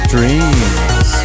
Dreams